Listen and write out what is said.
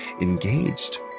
engaged